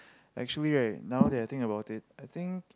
actually right now they are think about it I think